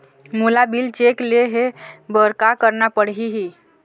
मोला bill check ले हे बर का करना पड़ही ही?